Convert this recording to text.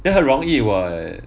then 很容易 [what]